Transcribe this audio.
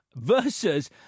Versus